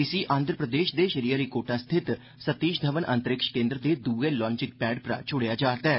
इसी आंध प्रदेश दे श्री हरिकोटा स्थित सतीष धवन अंतरिक्ष केन्द्र दे द्ए लाचिंग पैड परा छुड़ेया जा रदा ऐ